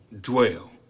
dwell